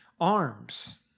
arms